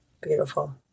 Beautiful